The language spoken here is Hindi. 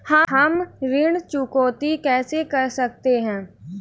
हम ऋण चुकौती कैसे कर सकते हैं?